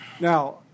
Now